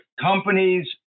companies